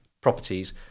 properties